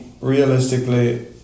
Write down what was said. realistically